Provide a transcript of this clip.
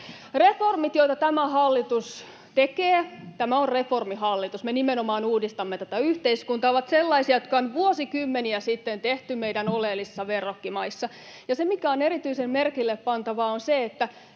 Reformit, joita tämä hallitus tekee — tämä on reformihallitus, me nimenomaan uudistamme tätä yhteiskuntaa — ovat sellaisia, jotka on vuosikymmeniä sitten tehty meidän oleellisissa verrokkimaissa. Ja se, mikä on erityisen merkillepantavaa, on se, että